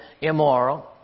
immoral